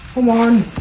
one